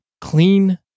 clean